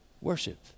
worship